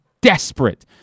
desperate